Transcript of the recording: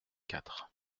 quatre